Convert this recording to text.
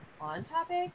on-topic